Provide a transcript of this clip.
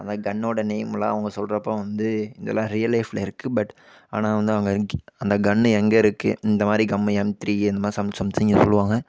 அந்த கன்னோடய நேம்மெலாம் அவங்க சொல்லுறப்ப வந்து இதெல்லாம் ரியல் லைஃப்பில் இருக்குது பட் ஆனால் வந்து அவங்க கீ அந்த கன்னு எங்கே இருக்குது இந்த மாதிரி கம்மு எம் த்ரீ இந்த மாதிரி சம் சம்திங் இது சொல்லுவாங்க